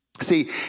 See